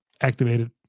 activated